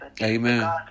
Amen